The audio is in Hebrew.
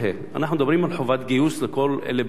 אנחנו מדברים על חובת גיוס לבני 18 ומעלה.